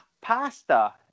Pasta